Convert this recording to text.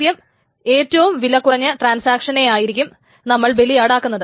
ആദ്യം ഏറ്റവും വില കുറഞ്ഞ ട്രാൻസാക്ഷനെയായിരിക്കും നമ്മൾ ബലിയാടാക്കുന്നത്